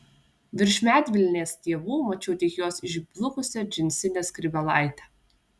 virš medvilnės stiebų mačiau tik jos išblukusią džinsinę skrybėlaitę